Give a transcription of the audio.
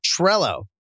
Trello